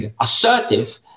assertive